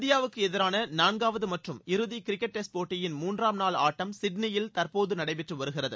இந்தியாவுக்கு எதிரான நான்காவது மற்றும் இறுதி கிரிக்கெட் டெஸ்ட் போட்டியின் மூன்றாம் நாள் ஆட்டம் சிட்னியில் தற்போது நடைபெற்று வருகிறது